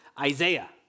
Isaiah